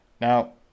Now